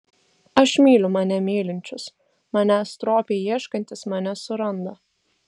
aš myliu mane mylinčius manęs stropiai ieškantys mane suranda